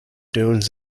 dunes